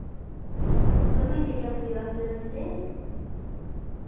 ᱫᱚᱢᱮ ᱜᱮ ᱪᱟᱥ ᱦᱩᱭᱩᱜᱼᱟ ᱚᱱᱛᱮ ᱫᱚ ᱦᱮᱸ ᱥᱮ